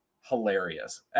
hilarious